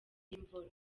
n’imvura